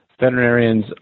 veterinarians